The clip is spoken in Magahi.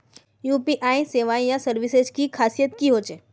यु.पी.आई सेवाएँ या सर्विसेज की खासियत की होचे?